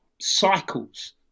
cycles